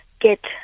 get